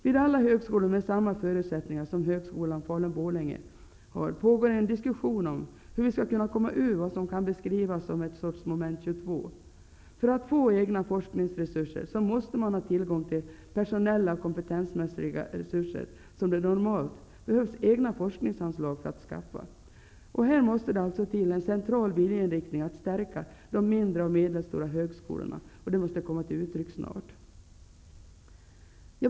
Vid alla högskolor med samma förutsättningar som Högskolan Falun--Borlänge pågår en diskussion om hur vi skall kunna komma ur vad som kan beskrivas som ett sorts Moment 22. För att få egna forskningsresurser måste man ha tillgång till de personella och kompetensmässiga resurser som det normalt behövs egna forskningsanslag för att skaffa. Här måste det alltså till en central viljeinriktning för att stärka de mindre och medelstora högskolorna. Detta måste komma till uttryck snart.